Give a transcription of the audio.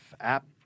app